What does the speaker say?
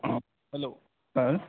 hello sir